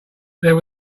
there